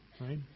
right